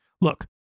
Look